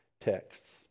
texts